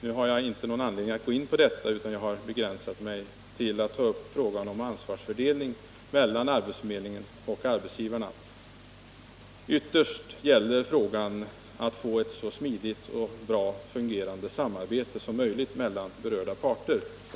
Nu har jag ingen anledning att gå in på detta, utan jag har begränsat mig till att ta upp frågan om ansvarsfördelning mellan arbetsförmedlingen och arbetsgivarna. Ytterst gäller frågan att få ett så smidigt och bra fungerande samarbete som möjligt mellan berörda parter.